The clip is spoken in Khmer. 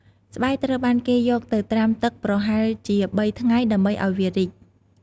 ស្បែកត្រូវបានគេយកទៅត្រាំទឹកប្រហែលជា ៣ ថ្ងៃ ដើម្បីឱ្យវារីក។